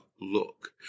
look